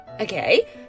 Okay